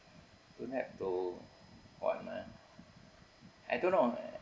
don't have to appointment I don't know man